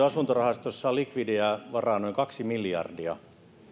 asuntorahastossa on likvidiä varaa noin kaksi miljardia